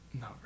No